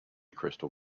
crystal